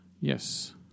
Yes